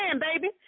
baby